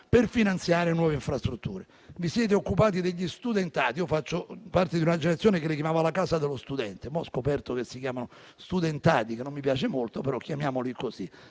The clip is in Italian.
per finanziare nuove infrastrutture. Vi siete occupati degli studentati (io faccio parte di una generazione che li chiamava «la casa dello studente», ma ho scoperto che si chiamano studentati, che non mi piace molto, però chiamiamoli così):